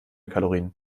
kalorien